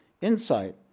insight